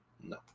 No